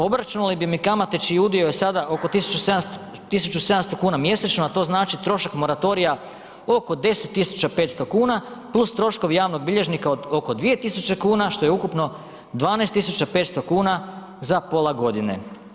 Obračunali bi mi kamate čiji udio je sada oko 1.700 kuna mjesečno, a to znači trošak moratorija oko 10.500 kuna plus troškovi javnog bilježnika oko 2.000 kuna što je ukupno 12.500 kuna za pola godine.